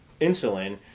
insulin